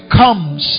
comes